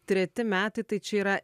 treti metai tai čia yra